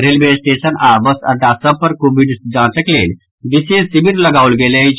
railway station आओर bus अड्डा सभ पर कोविड जांचक लेल विशेष शिविर लगाओल गेल अछि